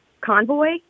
Convoy